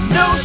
no